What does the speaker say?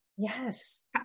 Yes